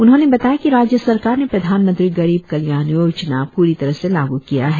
उन्होंने बताया कि राज्य सरकार ने प्रधानमंत्री गरीब कल्याण योजना पूरी तरह से लागू किया है